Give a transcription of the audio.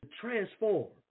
transform